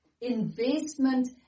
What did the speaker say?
investment